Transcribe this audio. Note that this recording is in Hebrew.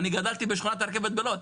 אני גדלתי בשכונת הרכבת בלוד.